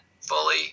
fully